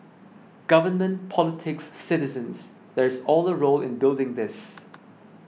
government politics citizens there is all a role in building this